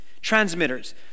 transmitters